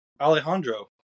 Alejandro